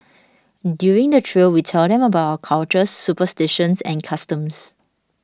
during the trail we'll tell them about our cultures superstitions and customs